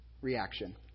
reaction